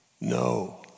No